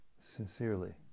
sincerely